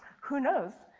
who knows?